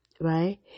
right